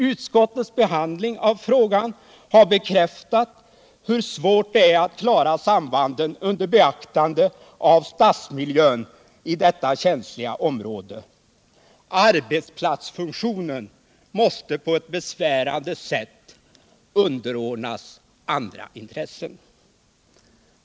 Utskottets behandling av frågan har bekräftat hur svårt det är att klara sambanden under beaktande av stadsmiljön i detta känsliga område. Arbetsplatsfunktionen måste på ett besvärande sätt underordnas andra intressen.